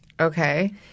Okay